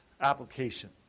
application